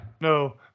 No